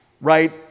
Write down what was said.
right